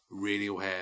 Radiohead